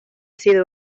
sido